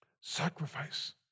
Sacrifice